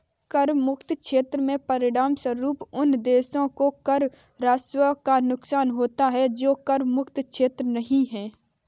कर मुक्त क्षेत्र के परिणामस्वरूप उन देशों को कर राजस्व का नुकसान होता है जो कर मुक्त क्षेत्र नहीं हैं